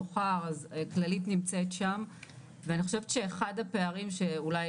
כללית נמצא שם ואני חושבת שאחד הפערים שאולי